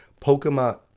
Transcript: Pokemon